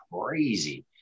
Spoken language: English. crazy